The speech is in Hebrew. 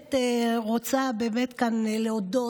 באמת רוצה כאן להודות.